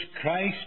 Christ